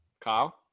Kyle